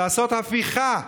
לעשות הפיכה,